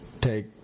take –